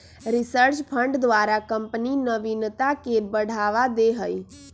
research fund द्वारा company नविनता के बढ़ावा दे हइ